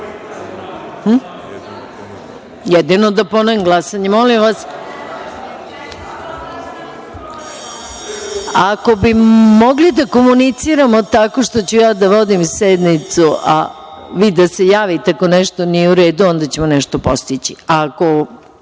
SRS dobacuju.)Molim vas, ako bi mogli da komuniciramo tako što ću ja da vodim sednicu, a vi da se javite ako nešto nije u redu, onda ćemo nešto postići,